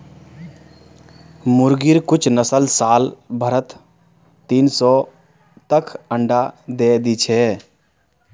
मुर्गिर कुछ नस्ल साल भरत तीन सौ तक अंडा दे दी छे